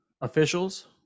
officials